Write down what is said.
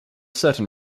certain